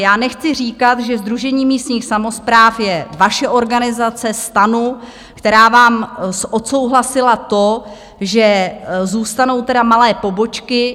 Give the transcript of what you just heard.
Já nechci říkat, že Sdružení místních samospráv je vaše organizace, STANu, která vám odsouhlasila to, že zůstanou teda malé pobočky.